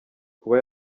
kuba